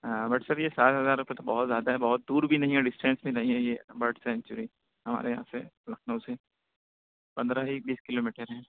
ہاں بٹ یہ سات ہزار روپئے تو بہت زیادہ ہے بہت دور بھی نہیں ہے ڈسٹنس بھی نہیں ہے یہ برڈ سنچوری ہمارے یہاں سے لكھنؤ سے پندرہ ہی بیس كلو میٹر ہیں